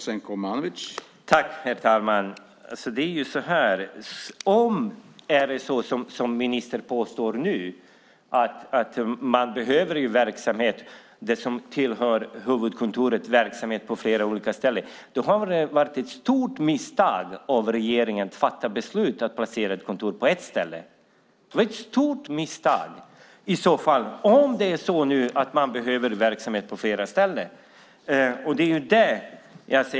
Herr talman! Om det är som ministern nu påstår att verksamhet som tillhör huvudkontoret behövs på flera olika ställen var det ett stort misstag av regeringen att fatta beslut att placera kontoret på ett ställe.